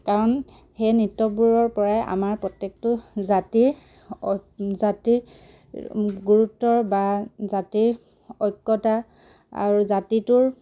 কাৰণ সেই নৃত্যবোৰৰ পৰাই আমাৰ প্ৰত্যেকটো জাতিৰ জাতিৰ গুৰুত্ব বা জাতিৰ ঐক্যতা আৰু জাতিটোৰ